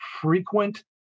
frequent